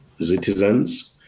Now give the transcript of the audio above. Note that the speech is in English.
citizens